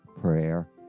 prayer